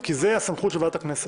כי זאת הסמכות של ועדת הכנסת.